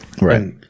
right